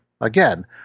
Again